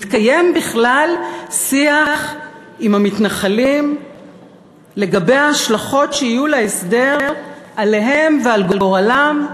מתקיים בכלל שיח עם המתנחלים לגבי ההשלכות שיהיו להסדר עליהם ועל גורלם?